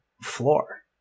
floor